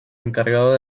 encargado